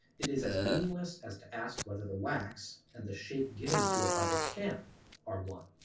it is as meaningless as to ask whether the wax and the shape given to it by the stamp are one.